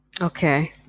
Okay